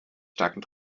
starken